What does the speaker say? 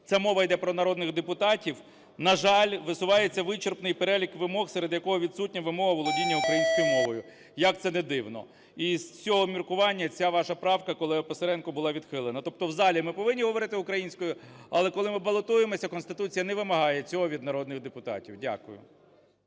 це мова йде про народних депутатів – на жаль, висувається вичерпний перелік вимог, серед яких відсутня вимога володіння українською мовою, як це не дивно. І з цього міркування ця ваша правка, колего Писаренко, було відхилена. Тобто в залі ми повинні говорити українською, але коли ми балотуємося, Конституція не вимагає цього від народних депутатів. Дякую.